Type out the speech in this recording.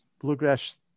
bluegrass